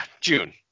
June